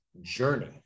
journey